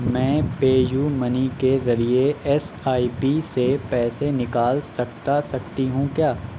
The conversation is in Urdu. میں پے یو منی کے ذریعے ایس آئی پی سے پیسے نکال سکتا سکتی ہوں کیا